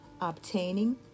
Obtaining